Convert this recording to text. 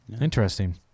Interesting